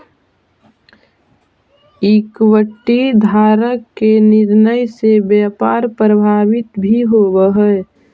equity धारक के निर्णय से व्यापार प्रभावित भी होवऽ हइ